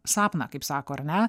sapną kaip sako ar ne